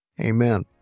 amen